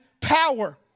power